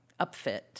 upfit